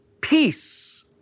peace